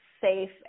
safe